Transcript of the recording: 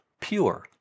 pure